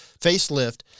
facelift